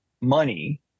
money